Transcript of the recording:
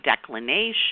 declination